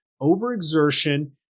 overexertion